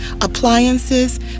appliances